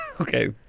Okay